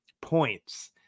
points